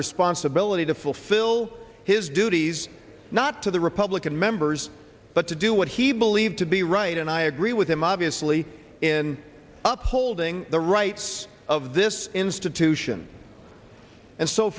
responsibility to fulfill his duties not to the republican members but to do what he believed to be right and i agree with him obviously in up holding the rights of this institution and so